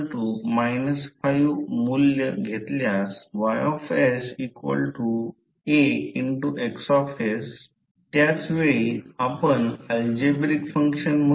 तर r magnetic मटेरियलच्या प्रकारानुसार बदलते आणि हे फ्लक्स डेन्सिटीचा रेशो असल्याचे मी तुम्हाला सांगितले आहे त्याचे कोणतेही युनिट नाही ते डायमेंशनलेस आहे